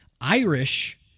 Irish